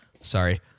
Sorry